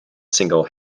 single